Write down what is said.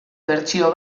bertsio